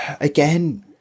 again